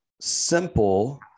simple